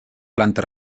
planta